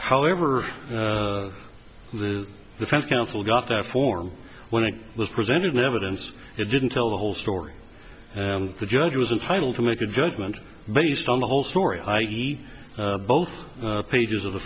however the defense counsel got that form when it was presented in evidence it didn't tell the whole story and the judge was entitle to make a judgment based on the whole story i e both pages of the